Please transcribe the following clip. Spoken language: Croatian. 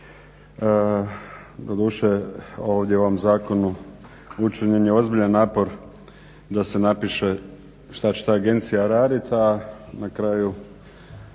Hvala vam